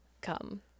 come